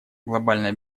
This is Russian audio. глобальная